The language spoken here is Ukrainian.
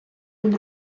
від